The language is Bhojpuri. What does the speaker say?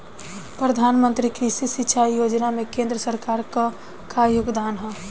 प्रधानमंत्री कृषि सिंचाई योजना में केंद्र सरकार क का योगदान ह?